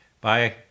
Bye